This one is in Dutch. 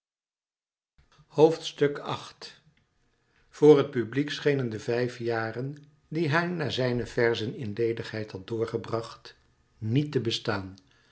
een boek voor het publiek schenen de vijf jaren die hij na zijne verzen in leêgheid had doorgebracht niet te bestaan